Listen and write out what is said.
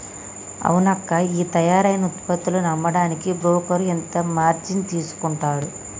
అవునక్కా ఈ తయారైన ఉత్పత్తులను అమ్మడానికి బోకరు ఇంత మార్జిన్ తీసుకుంటాడు